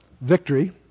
victory